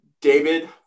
David